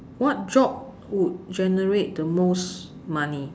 what job would generate the most money